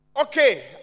Okay